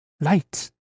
light